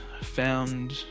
found